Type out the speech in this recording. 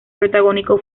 protagónico